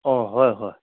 অ' হয় হয়